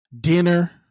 dinner